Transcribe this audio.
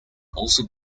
also